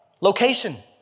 location